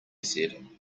said